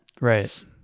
Right